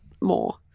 more